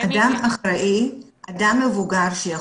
"תראו במה אתם הכי טובים ותלכו עם מה שאתם עושים הכי טוב,